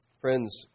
Friends